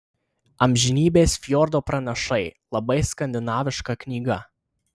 amžinybės fjordo pranašai labai skandinaviška knyga